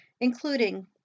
including